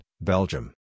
Belgium